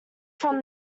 from